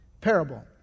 Parable